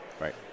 Right